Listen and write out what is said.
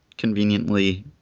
Conveniently